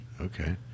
Okay